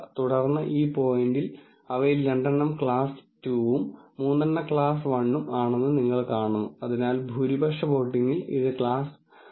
തുടർന്ന് ഈ പോയിന്റിൽ അവയിൽ രണ്ടെണ്ണം ക്ലാസ് 2 ഉം മൂന്നെണ്ണം ക്ലാസ് 1 ഉം ആണെന്ന് നിങ്ങൾ കാണുന്നു അതിനാൽ ഭൂരിപക്ഷ വോട്ടിങ്ങിൽ ഇത് ക്ലാസ് 1 ആയി ഇടും